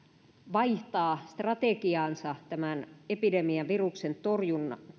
vaihtaa strategiaansa tämän epidemiaviruksen torjunnassa